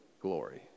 glory